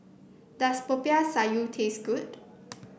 does Popiah Sayur taste good